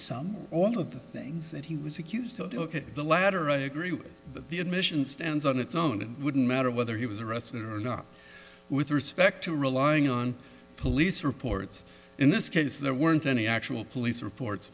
some all of the things that he was accused of the latter i agree that the admission stands on its own it wouldn't matter whether he was arrested or not with respect to relying on police reports in this case there weren't any actual police reports